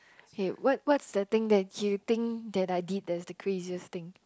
okay what what's the thing that you think that I did that's the craziest thing